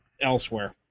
elsewhere